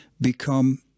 become